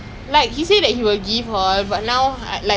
work right I will like it lah so will have interest